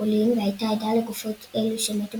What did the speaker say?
בפולין והייתה עדה לגופות של אלו שמתו